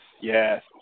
Yes